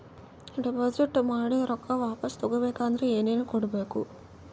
Deposit ಮಾಡಿದ ರೊಕ್ಕ ವಾಪಸ್ ತಗೊಬೇಕಾದ್ರ ಏನೇನು ಕೊಡಬೇಕು?